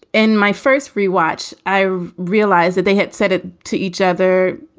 in my first rewatch, i realized that they had said it to each other.